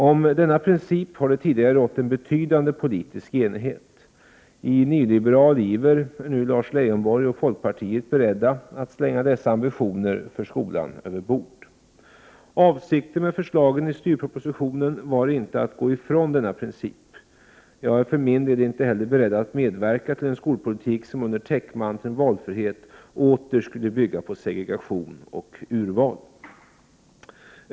Om denna princip har det tidigare rått en betydande politisk enighet. I nyliberal iver är nu Lars Leijonborg och folkpartiet beredda att slänga dessa ambitioner för skolan över bord. Avsikten med förslagen i styrpropositionen var inte att gå ifrån denna princip. Jag är för min del inte heller beredd att medverka till en skolpolitik som under täckmanteln valfrihet åter skulle bygga på segregation och urval.